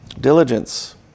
Diligence